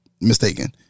mistaken